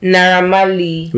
Naramali